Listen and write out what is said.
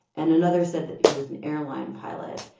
and another said that he was an airline pilot.